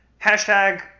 Hashtag